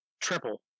Triple